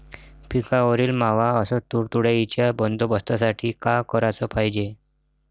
पिकावरील मावा अस तुडतुड्याइच्या बंदोबस्तासाठी का कराच पायजे?